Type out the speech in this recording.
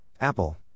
Apple